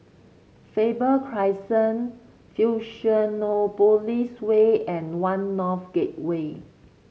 Faber Crescent Fusionopolis Way and One North Gateway